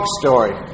story